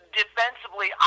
defensively